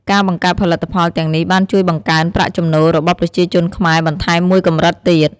ការបង្កើតផលិតផលទាំងនេះបានជួយបង្កើនប្រាក់ចំណូលរបស់ប្រជាជនខ្មែរបន្ថែមមួយកម្រិតទៀត។